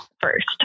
first